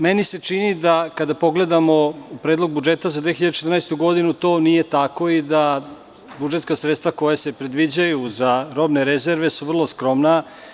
Meni se čini da kada pogledamo predlog budžeta za 2014. godinu to nije tako i da su budžetska sredstva koja se predviđaju za robne rezerve vrlo skromna.